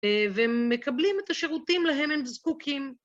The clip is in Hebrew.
ומקבלים את השירותים להם הם זקוקים.